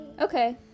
Okay